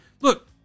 Look